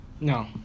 No